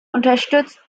unterstützt